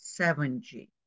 7G